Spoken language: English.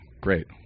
great